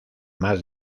más